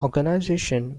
organisation